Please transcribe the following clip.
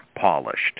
polished